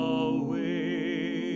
away